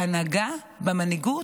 בהנהגה, במנהיגות,